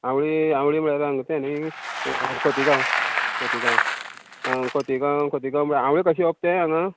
आवळी आवळी म्हळ्यार हांगा सर न्ही खोतीगांव खोतीगांव खोतिगांव खोतीगांव म्हळ्या आवळे कशें येवप ते हांगा